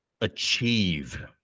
achieve